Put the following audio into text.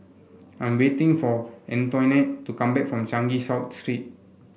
I'm waiting for Antoinette to come back from Changi South Street